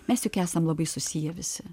mes juk esam labai susiję visi